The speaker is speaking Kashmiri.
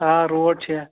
آ روڈ چھِ اَتھ